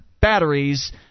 batteries